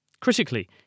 Critically